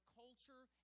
culture